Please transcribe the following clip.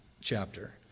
chapter